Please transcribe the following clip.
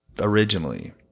originally